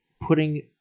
putting